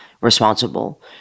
responsible